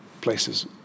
places